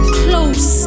close